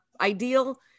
ideal